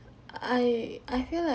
I I feel like